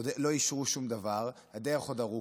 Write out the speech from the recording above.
עוד לא אישרו שום דבר, הדרך עוד ארוכה,